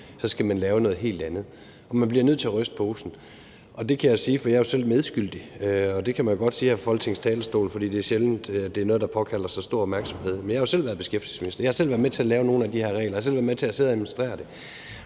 så skal man lave noget helt andet. Man bliver nødt til at ryste posen. Og det kan jeg sige, for jeg er selv medskyldig, og det kan man godt sige her fra Folketingets talerstol, for det er sjældent, det er noget, der påkalder sig stor opmærksomhed. Men jeg har jo selv været beskæftigelsesminister, jeg har selv været med til at lave nogle af de her regler, og jeg har selv været med til at administrere dem.